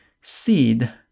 seed